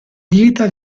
dieta